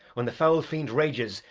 when the foul fiend rages,